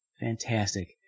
Fantastic